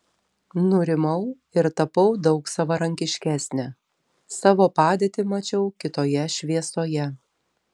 nurimau ir tapau daug savarankiškesnė savo padėtį mačiau kitoje šviesoje